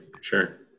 sure